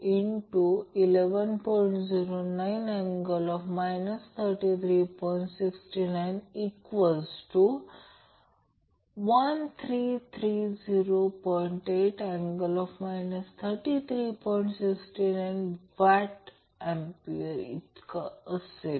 derivative आणि सरलीकृत केल्यास R 2 2 LC 2ω 2 C 20 मिळेल याचा अर्थ ω1√L C √22 R 2 CL असेल